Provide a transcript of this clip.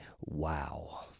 wow